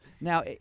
Now